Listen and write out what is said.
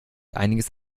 einiges